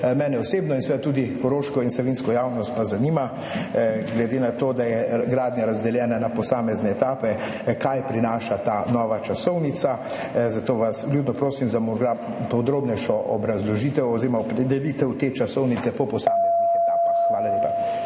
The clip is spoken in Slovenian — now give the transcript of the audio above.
Mene osebno in seveda tudi koroško ter savinjsko javnost zanima: Kaj, glede na to, da je gradnja razdeljena na posamezne etape, prinaša ta nova časovnica? Vljudno vas prosim za podrobnejšo obrazložitev oziroma opredelitev te časovnice po posameznih etapah. Hvala lepa.